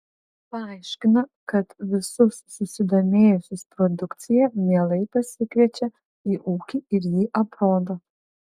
paaiškina kad visus susidomėjusius produkcija mielai pasikviečia į ūkį ir jį aprodo